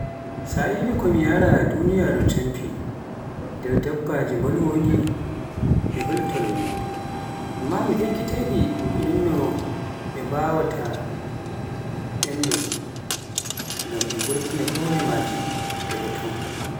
Sa'ire ko mi yaara duniyaaru campi nder dabbaaji mbolwooɗi, mi hultorai, amma ekkitaɗi demle ko me wawaa, ngam ɓe ngurtina hore maaji daga ton